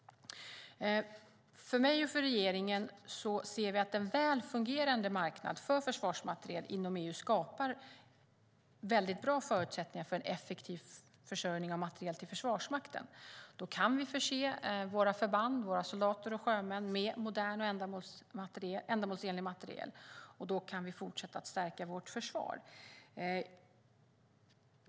Jag och regeringen anser att en väl fungerande marknad för försvarsmateriel inom EU skapar väldigt bra förutsättningar för en effektiv försörjning av materiel till Försvarsmakten. Då kan vi förse våra förband, våra soldater och sjömän med modern och ändamålsenlig materiel, och då kan vi fortsätta att stärka vårt försvar.